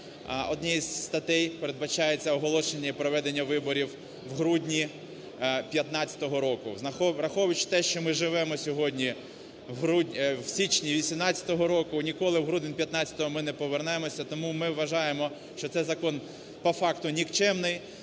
однією з статей передбачається оголошення і проведення виборів в грудні 15 року. Враховуючи те, що ми живемо сьогодні в грудні… в січні 18 року, ніколи в грудень 15-го ми не повернемося. Тому ми вважаємо, що це закон по факту нікчемний,